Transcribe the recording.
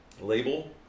label